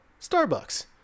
Starbucks